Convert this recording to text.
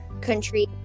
country